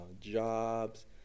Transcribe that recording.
jobs